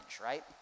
right